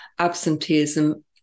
absenteeism